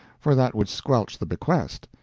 for that would squelch the bequest,